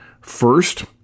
First